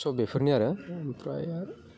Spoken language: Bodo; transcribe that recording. स' बेफोरनो आरो ओमफ्राय